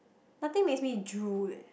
nothing makes me drool leh